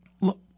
look